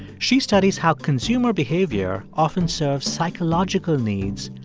she studies how consumer behavior often serves psychological needs,